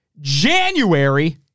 January